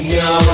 no